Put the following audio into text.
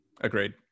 Agreed